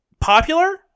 Popular